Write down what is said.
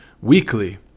weekly